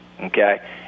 okay